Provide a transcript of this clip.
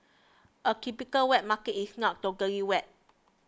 a typical wet market is not totally wet